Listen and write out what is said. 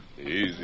Easy